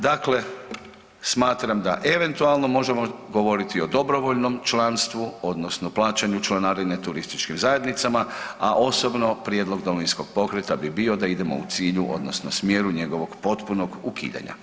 Dakle, smatram da eventualno možemo govoriti o dobrovoljnom članstvu odnosno plaćanju članarine turističkim zajednica, a osobno prijedlog Domovinskog pokreta bi bio da idemo u cilju odnosno smjeru njegovog potpunog ukidanja.